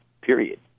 period